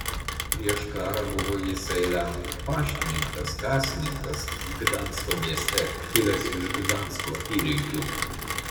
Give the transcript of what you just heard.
prieš karą buvo jisai lenkų paštininkas kasininkas gdansko mieste kilęs iš gdansko apylinkių